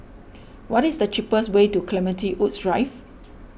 what is the cheapest way to Clementi Woods Drive